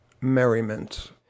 merriment